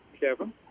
Kevin